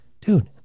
dude